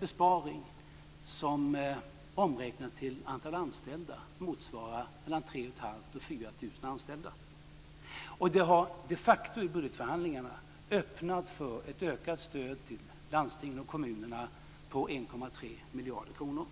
besparing som, omräknad till antal anställda, motsvarar mellan 3 500 och 4 000 anställda. Och det har i budgetförhandlingarna de facto öppnat för ett ökat stöd till landstingen och kommunerna på 1,3 miljarder kronor.